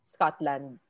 Scotland